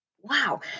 wow